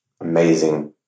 amazing